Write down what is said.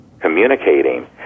communicating